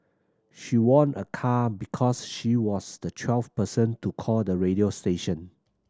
she won a car because she was the twelfth person to call the radio station